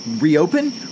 reopen